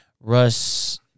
russ